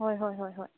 ꯍꯣꯏ ꯍꯣꯏ ꯍꯣꯏ ꯍꯣꯏ